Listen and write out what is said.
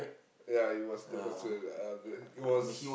ya it was the first wave uh b~ it was